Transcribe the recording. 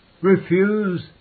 refuse